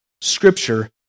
Scripture